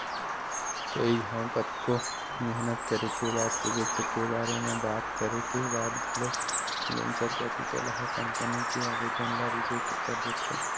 कई घांव कतको मेहनत करे के बाद प्रोजेक्ट के बारे म बात करे के बाद घलो वेंचर कैपिटल ह कंपनी के आबेदन ल रिजेक्ट कर देथे